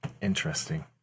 Interesting